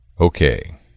okay